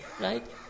right